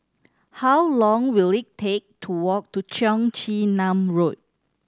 how long will it take to walk to Cheong Chin Nam Road